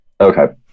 Okay